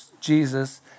Jesus